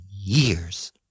years